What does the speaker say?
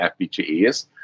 FPGAs